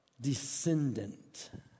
descendant